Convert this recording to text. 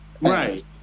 Right